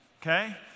okay